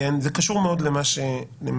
זה קשור מאוד למה שדיברת,